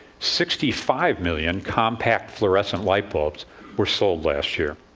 sixty five million compact fluorescent light bulbs were sold last year.